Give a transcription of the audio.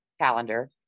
Calendar